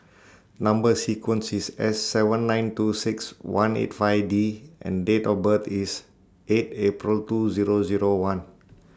Number sequence IS S seven nine two six one eight five D and Date of birth IS eight April two Zero Zero one